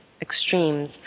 extremes